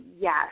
yes